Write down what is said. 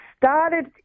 started